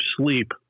sleep